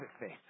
faith